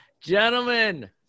Gentlemen